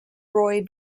roy